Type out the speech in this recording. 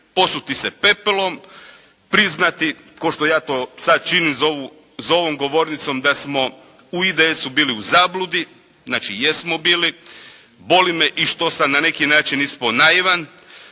posuti se pepelom, priznati kao što ja to sad činim za ovom govornicom da smo u IDS-u bili u zabludi. Znači, jesmo bili. Boli me i što sam na neki način ispao naivan.